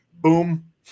boom